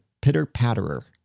Pitter-Patterer